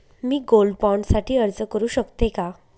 मी gold bond साठी अर्ज करु शकते का?